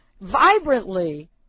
vibrantly